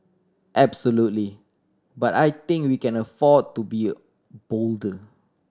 absolutely but I think we can afford to be bolder